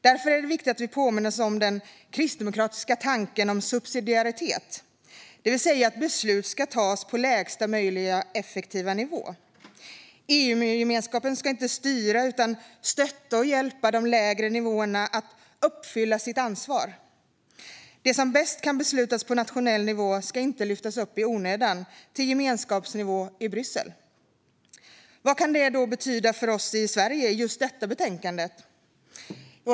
Därför är det viktigt att vi påminner oss om den kristdemokratiska tanken om subsidiaritet, det vill säga att beslut ska fattas på lägsta möjliga effektiva nivå. EU-gemenskapen ska inte styra utan stötta och hjälpa de lägre nivåerna att uppfylla sitt ansvar. Det som bäst kan beslutas på nationell nivå ska inte lyftas upp i onödan till gemenskapsnivå i Bryssel. Vad kan det då betyda för oss i Sverige i just detta betänkande?